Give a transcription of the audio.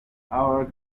our